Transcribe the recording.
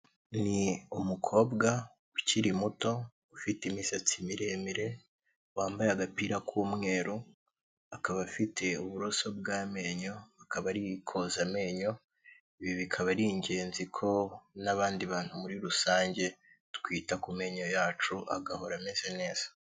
Ni umukobwa ukiri muto ufite imisatsi miremire, wambaye agapira k'umweru akaba afite uburoso bw'amenyo, akaba ari koza amenyo, ibi bikaba ari ingenzi ko n'abandi bantu muri rusange twita ku menyo yacu agahora ameze neza.